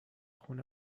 خونه